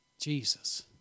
Jesus